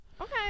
Okay